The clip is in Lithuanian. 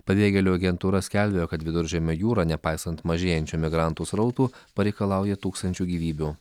pabėgėlių agentūra skelbia kad viduržemio jūra nepaisant mažėjančių emigrantų srautų pareikalauja tūkstančių gyvybių